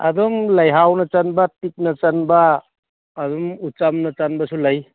ꯑꯗꯨꯝ ꯂꯩꯍꯥꯎꯅ ꯆꯟꯕ ꯇꯤꯛꯅ ꯆꯟꯕ ꯑꯗꯨꯝ ꯎꯆꯥꯟꯅ ꯆꯟꯕꯁꯨ ꯂꯩ